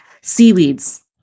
seaweeds